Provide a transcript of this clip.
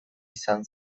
izan